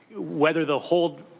whether the hold,